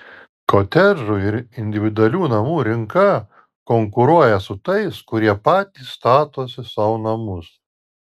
kotedžų ir individualių namų rinka konkuruoja su tais kurie patys statosi sau namus